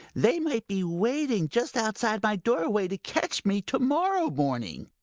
they might be waiting just outside my doorway to catch me to-morrow morning.